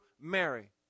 Mary